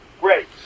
Great